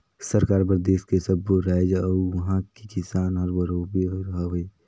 सरकार बर देस के सब्बो रायाज अउ उहां के किसान हर बरोबर हवे